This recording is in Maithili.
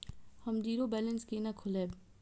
हम जीरो बैलेंस केना खोलैब?